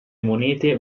monete